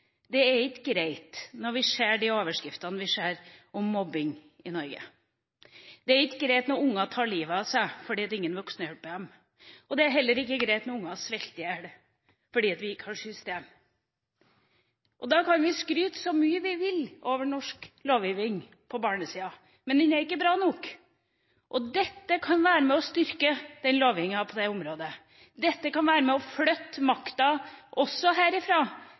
er ikke greit når vi ser de overskriftene vi ser om mobbing i Norge. Det er ikke greit når unger tar livet av seg fordi ingen voksne hjalp dem, og det er heller ikke greit når unger sulter i hel fordi vi ikke har system. Da kan vi skryte så mye vi vil av norsk lovgivning på barnesida, men den er ikke bra nok. Dette kan være med på å styrke lovgivningen på det området. Dette kan være med på å flytte makta